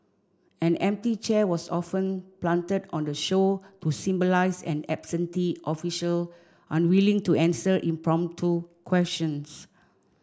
an empty chair was often planted on the show to symbolise an absentee official unwilling to answer impromptu questions